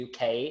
uk